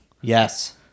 Yes